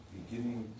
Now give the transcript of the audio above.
Beginning